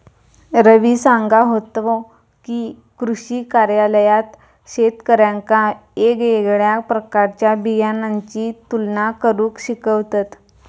रवी सांगा होतो की, कृषी कार्यालयात शेतकऱ्यांका येगयेगळ्या प्रकारच्या बियाणांची तुलना करुक शिकवतत